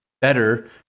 better